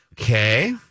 Okay